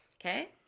Okay